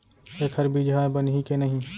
एखर बीजहा बनही के नहीं?